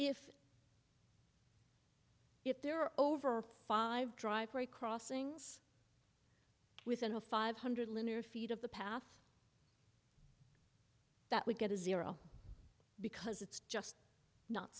if if there are over five driveway crossings within a five hundred linear feet of the path that would get a zero because it's just not